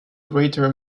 greater